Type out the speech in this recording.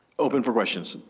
open for questions.